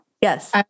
Yes